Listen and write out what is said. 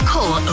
Call